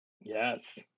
Yes